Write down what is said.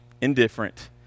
indifferent